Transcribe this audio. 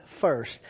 first